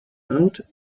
out